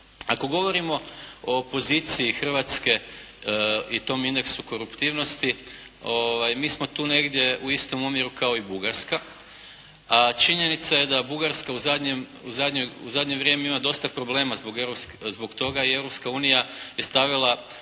Ako govorimo o poziciji Hrvatske i tom indeksu koruptivnosti, mi smo tu negdje u istom omjeru kao i Bugarska. Činjenica je da Bugarska u zadnje vrijeme ima dosta problema zbog toga i Europska